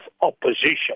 opposition